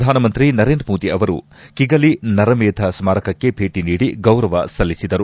ಪ್ರಧಾನ ಮಂತ್ರಿ ನರೇಂದ್ರ ಮೋದಿ ಅವರು ಕಿಗಾಲಿ ನರಮೇಧ ಸ್ನಾರಕಕ್ಕೆ ಭೇಟಿ ನೀಡಿ ಗೌರವ ಸಲ್ಲಿಸಿದರು